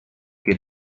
que